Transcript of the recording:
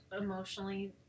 emotionally